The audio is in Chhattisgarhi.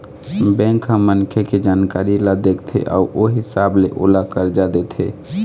बेंक ह मनखे के जानकारी ल देखथे अउ ओ हिसाब ले ओला करजा देथे